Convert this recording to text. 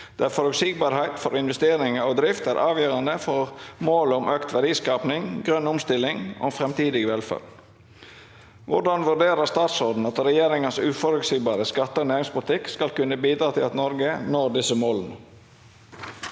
der forut- sigbarhet for investeringer og drift er avgjørende for målet om økt verdiskaping, grønn omstilling og fremtidig velferd. Hvordan vurderer statsråden at regjeringens uforut- sigbare skatte- og næringspolitikk skal kunne bidra til at Norge når disse målene?»